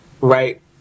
right